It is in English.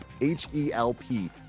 H-E-L-P